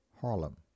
Harlem